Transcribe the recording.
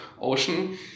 ocean